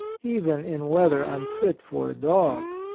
even in weather unfit for a dog.